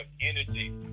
energy